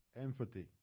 Empathy